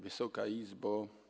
Wysoka Izbo!